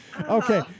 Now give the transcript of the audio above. Okay